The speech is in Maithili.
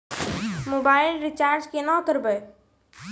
मोबाइल रिचार्ज केना करबै?